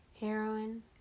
Heroin